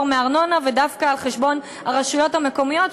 מארנונה ודווקא על חשבון הרשויות המקומיות,